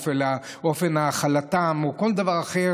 אופן האכלתם או כל דבר אחר,